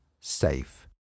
Safe